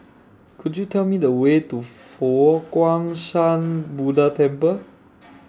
Could YOU Tell Me The Way to Fo Guang Shan Buddha Temple